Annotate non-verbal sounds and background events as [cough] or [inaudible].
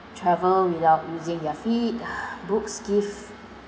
travel without using their feet [breath] books give